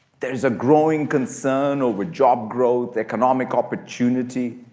there is a growing concern over job growth, economic opportunity,